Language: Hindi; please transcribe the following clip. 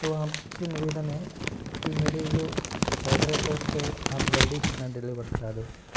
तो आपसे निवेदन है कि मेरे जो एड्रेस है उस पे आप जल्दी खाना डिलीवर करा दो